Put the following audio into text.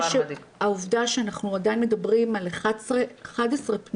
העובדה שאנחנו עדיין מדברים על 11 פניות